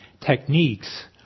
techniques